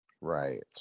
right